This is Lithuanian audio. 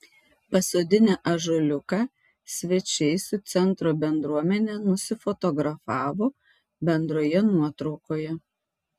pasodinę ąžuoliuką svečiai su centro bendruomene nusifotografavo bendroje nuotraukoje